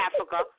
Africa